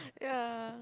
ya